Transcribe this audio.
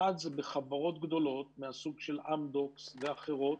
אחת זה בחברות גדולות מהסוג של אמדוקס ואחרות,